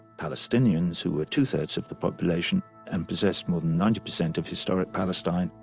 palestinians, who were twothirds of the population and possessed more than ninety percent of historic palestine,